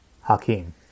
Hakeem